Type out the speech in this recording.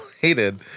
hated